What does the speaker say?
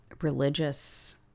religious